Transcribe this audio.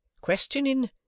questioning